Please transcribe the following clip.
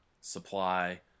supply